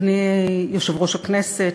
אדוני יושב-ראש הכנסת,